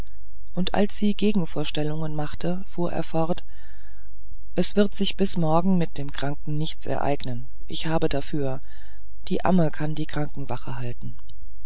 und als sie gegenvorstellungen machte fuhr er fort es wird sich bis morgen mit dem kranken nichts ereignen ich habe dafür die amme kann die krankenwache halten